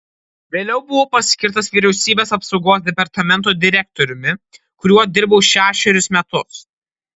vėliau buvau paskirtas vyriausybės apsaugos departamento direktoriumi kuriuo dirbau šešerius metus